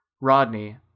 Rodney